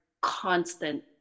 constant